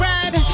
Red